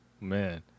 man